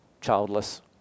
childless